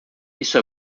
isso